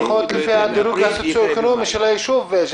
לפחות לפי הדירוג הסוציו-אקונומי של הישוב.